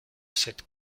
cette